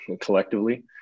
collectively